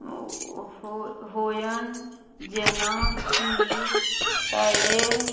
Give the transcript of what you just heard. हो होयन जेनाकि पैरे